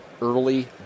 early